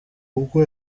kuko